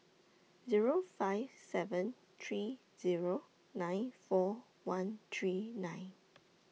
Zero five seven three Zero nine four one three nine